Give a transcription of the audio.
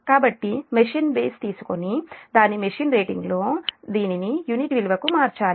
కాబట్టి machine base తీసుకొని దాని మెషిన్ రేటింగ్లో దీనిని యూనిట్ విలువలకు మార్చాలి